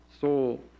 soul